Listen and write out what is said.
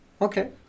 Okay